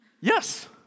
yes